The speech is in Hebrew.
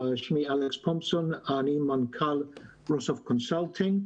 שמי אלכס פומזון, אני מנכ"ל "רוסוב קונסולטינג".